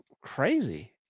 crazy